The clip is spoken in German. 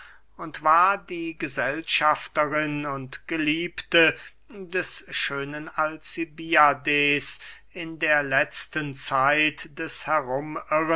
und war die gesellschafterin und geliebte des schönen alcibiades in der letzten zeit des